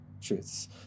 truths